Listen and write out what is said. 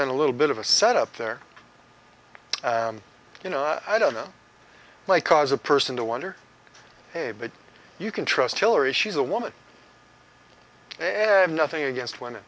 been a little bit of a setup there you know i don't know why cause a person to wonder hey but you can trust hillary she's a woman and nothing against w